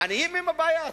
העניים הם הבעיה.